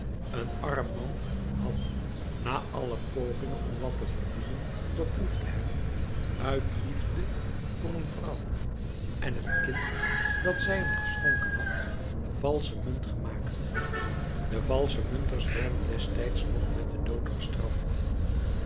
een arm man had na alle pogingen om wat te verdienen beproefd te hebben uit liefde voor een vrouw en het kind dat zij hem geschonken had valsche munt gemaakt de valsche munters werden destijds nog met den dood gestraft